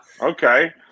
okay